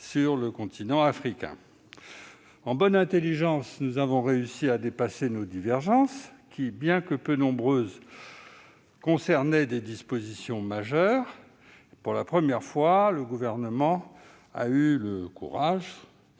et plus durables. En bonne intelligence, nous avons réussi à dépasser nos divergences qui, bien que peu nombreuses, concernaient des dispositions majeures. Pour la première fois, le Gouvernement a eu le courage